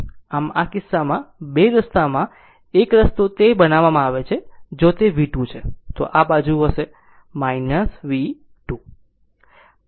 આમ આ કિસ્સામાં 2 રસ્તામાં 1 રસ્તો તે બનાવવામાં આવે છે જો તે V2 છે તો આ બાજુ હશે V2